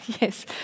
Yes